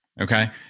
Okay